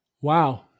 Wow